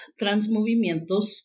Transmovimientos